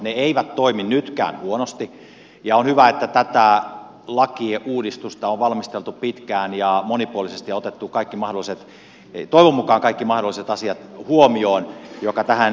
ne eivät toimi nytkään huonosti ja on hyvä että tätä lakiuudistusta on valmisteltu pitkään ja monipuolisesti ja toivon mukaan otettu kaikki mahdolliset asiat jotka tähän liittyvät huomioon